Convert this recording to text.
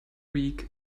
week